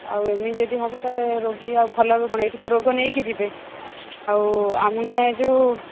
ଆଉ ଏମିତି ଯଦି ହେବ ତାହେଲେ ରୋଗୀ ଆଉ ଭଲ ହେବେ କ'ଣ ଏଇଠୁ ତ ରୋଗ ନେଇକି ଯିବେ ଆଉ ଆମେ ଯୋଉ